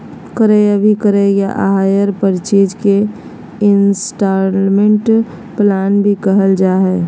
क्रय अभिक्रय या हायर परचेज के इन्स्टालमेन्ट प्लान भी कहल जा हय